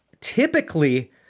typically